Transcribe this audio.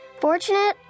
Fortunate